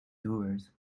doers